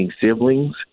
siblings